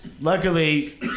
Luckily